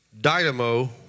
dynamo